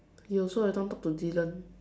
you also every time talk to Dylan